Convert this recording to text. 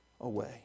away